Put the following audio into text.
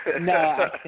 No